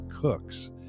cooks